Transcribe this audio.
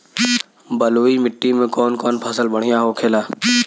बलुई मिट्टी में कौन कौन फसल बढ़ियां होखेला?